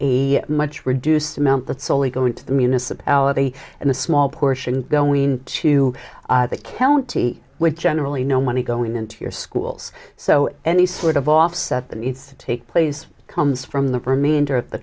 a much reduced amount that's only going to the municipality and a small portion going to the county with generally no money going into your schools so any sort of offset that needs to take place comes from the remainder of the